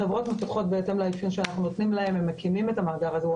החברות מפתחות בהתאם לאפיון שאנחנו נותנים להן והן מקימות את המאגר הזה.